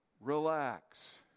relax